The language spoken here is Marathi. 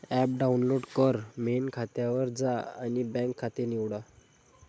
ॲप डाउनलोड कर, मेन खात्यावर जा आणि बँक खाते निवडा